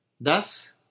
Thus